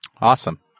Awesome